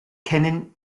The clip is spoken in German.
kennen